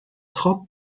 خواب